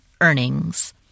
earnings